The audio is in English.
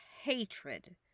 hatred